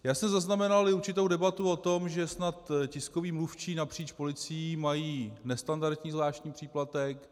Já jsem zaznamenal i určitou debatu o tom, že snad tiskoví mluvčí napříč policií mají nestandardní zvláštní příplatek.